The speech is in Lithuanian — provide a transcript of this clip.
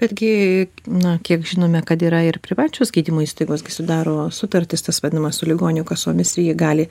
bet gi na kiek žinome kad yra ir privačios gydymo įstaigos kai sudaro sutartis tas vadinamas su ligonių kasomis ir ji gali